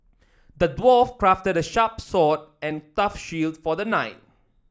the dwarf crafted a sharp sword and a tough shield for the knight